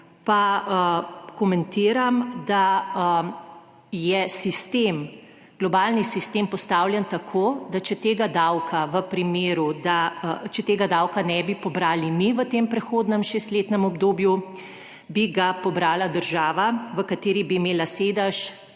pa komentiram, da je globalni sistem postavljen tako, da če tega davka ne bi pobrali mi v tem prehodnem šestletnem obdobju, bi ga pobrala država, v kateri bi imelo sedež